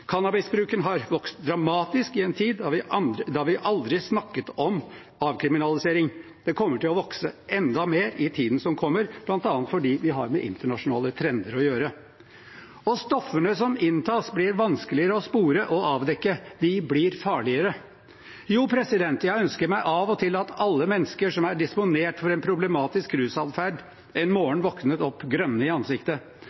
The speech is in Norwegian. dramatisk i en tid da vi aldri snakket om avkriminalisering, og det kommer til å vokse enda mer i tiden som kommer, bl.a. fordi vi har med internasjonale trender å gjøre. Stoffene som inntas, blir vanskeligere å spore og avdekke, og de blir farligere. Jeg ønsker meg av og til at alle mennesker som er disponert for en problematisk